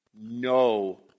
no